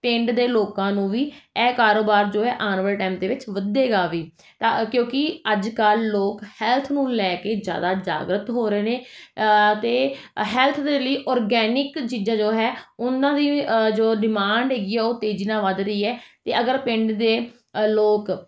ਪਿੰਡ ਦੇ ਲੋਕਾਂ ਨੂੰ ਵੀ ਇਹ ਕਾਰੋਬਾਰ ਜੋ ਹੈ ਆਉਣ ਵਾਲੇ ਟੈਮ ਦੇ ਵਿੱਚ ਵੱਧੇਗਾ ਵੀ ਤਾਂ ਕਿਉਂਕਿ ਅੱਜ ਕੱਲ੍ਹ ਲੋਕ ਹੈਲਥ ਨੂੰ ਲੈ ਕੇ ਜ਼ਿਆਦਾ ਜਗਰੁਕ ਹੋ ਰਹੇ ਨੇ ਅਤੇ ਹੈਲਥ ਦੇ ਲਈ ਓਰਗੈਨਿਕ ਚੀਜ਼ਾਂ ਜੋ ਹੈ ਉਨ੍ਹਾਂ ਦੀ ਵੀ ਜੋ ਡਿਮਾਂਡ ਹੈਗੀ ਆ ਉਹ ਤੇਜ਼ੀ ਨਾਲ ਵੱਧ ਰਹੀ ਹੈ ਅਤੇ ਅਗਰ ਪਿੰਡ ਦੇ ਅ ਲੋਕ